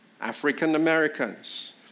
African-Americans